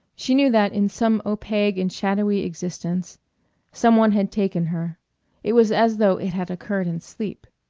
she knew that in some opaque and shadowy existence some one had taken her it was as though it had occurred in sleep.